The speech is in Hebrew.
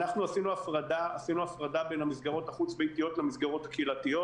אנחנו עשינו הפרדה בין המסגרות החוץ ביתיות למסגרות הקהילתיות.